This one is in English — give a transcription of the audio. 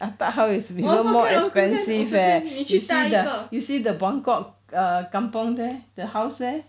attap house is even more expensive eh you see the you see the buangkok err kampung there the house leh